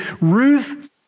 Ruth